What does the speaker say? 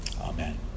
Amen